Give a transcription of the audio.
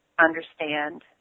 understand